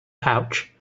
pouch